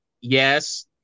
yes